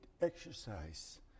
exercise